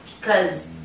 Cause